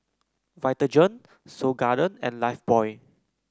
Vitagen Seoul Garden and Lifebuoy